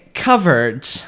covered